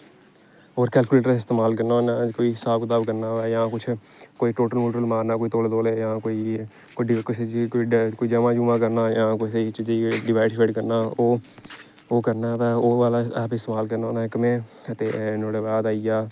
और केलकोलेटर दा इस्तेमाल करना होन्ना स्हाब किताब करना कुछ कोई टोटल मारना कोई तौले तौले जां कोई कुसै चीज गी जमा जा डिवाइड बगैरा करना होऐ ओह् करना ते ओहदे बाद ऐप गी इस्तेमाल करना होन्ना इक में ते नुआढ़े बाद आई गेआ